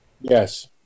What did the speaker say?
Yes